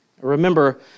Remember